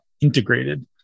integrated